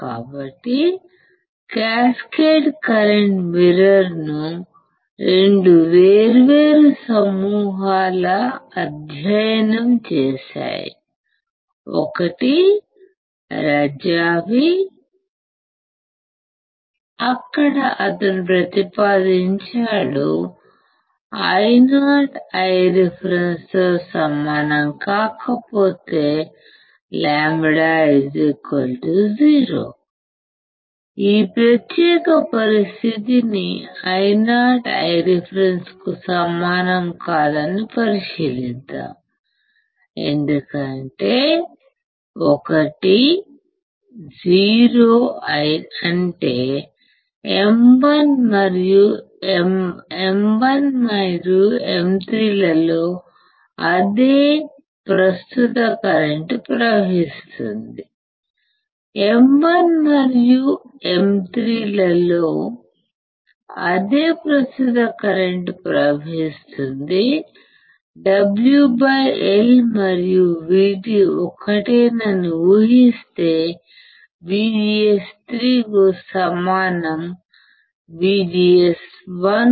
కాబట్టి cascade current మిర్రర్ను రెండు వేర్వేరు సమూహాలు అధ్యయనం చేసాయి ఒకటి రజావి అక్కడ అతను ప్రతిపాదించాడు Io Ireferenceతో సమానం కాకపోతే λ 0 ఈ ప్రత్యేక పరిస్థితిని Io Ireferenceకు సమానం కాదని పరిశీలిద్దాం ఎందుకంటే 1 0 అంటే M1 మరియు M3 లలో అదే ప్రస్తుత కరెంటుప్రవహిస్తుంది M1 మరియు M3 లలో అదే ప్రస్తుత కరెంటు ప్రవహిస్తుంది WL మరియు VT ఒకటేనని ఊహిస్తే VGS3 సమానం VGS1